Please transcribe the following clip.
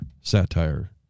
satire